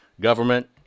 government